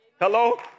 Hello